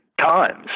times